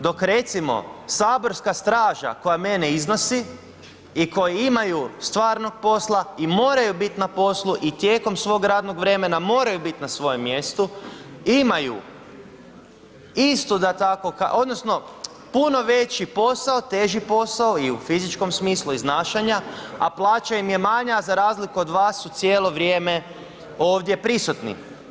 Dok recimo saborska straža koja mene iznosi i koji imaju stvarnog posla i moraju biti poslu i tijekom svog radnog vremena moraju bit na svojem mjestu, imaju istu da tako kažem odnosno puno veći posao, teži posao i u fizičkom smislu iznašanja a plaća im je manja za razliku od vas su cijelo vrijeme ovdje prisutni.